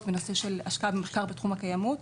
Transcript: היום בנושא של השקעה במחקר בתחום הקיימות,